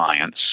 science